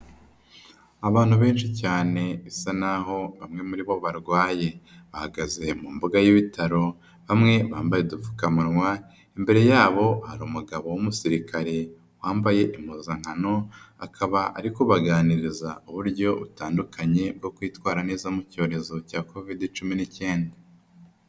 Abantu benshi cyane bisa naho bamwe muri bo barwaye. Bahagaze mu mbuga y'ibitaro, bamwe bambaye udupfukamunwa, imbere yabo hari umugabo w'umusirikare wambaye impuzankano, akaba ari kubaganiriza uburyo butandukanye, bwo kwitwara neza mu cyorezo cya Kovide cumi n'icyenda.